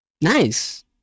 Nice